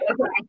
Okay